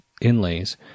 inlays